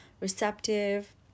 receptive